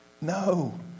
no